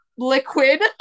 liquid